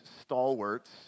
stalwarts